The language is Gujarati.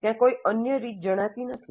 ત્યાં કોઈ અનન્ય રીત જણાતી નથી